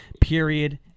Period